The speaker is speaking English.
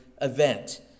event